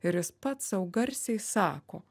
ir jis pats sau garsiai sako